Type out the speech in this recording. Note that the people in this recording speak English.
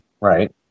Right